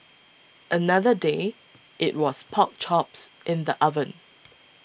another day it was pork chops in the oven